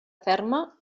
ferma